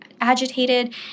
agitated